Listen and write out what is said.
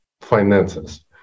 finances